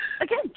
again